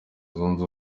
zunze